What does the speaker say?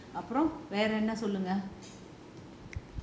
அப்புறம் வேற என்ன சொல்லுங்க:appuram vera enna sollunga